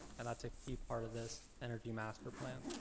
and that's a key part of this energy master plan.